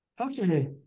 Okay